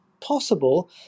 possible